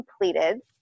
completed